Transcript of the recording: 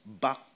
back